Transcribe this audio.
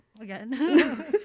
again